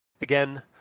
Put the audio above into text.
again